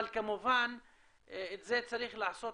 אבל כמובן את זה צריך לעשות